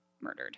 murdered